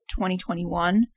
2021